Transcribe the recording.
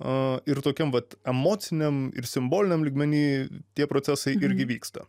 a ir tokiam vat emociniam ir simboliniam lygmeny tie procesai irgi vyksta